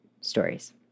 stories